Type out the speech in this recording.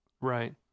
Right